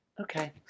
Okay